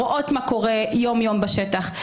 אנחנו רואים מה קורה יום-יום בשטח.